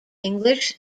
english